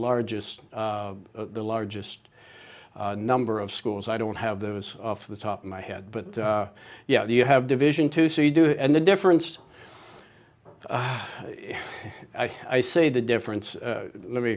largest the largest number of schools i don't have those off the top of my head but yeah you have division two so you do and the difference i say the difference let me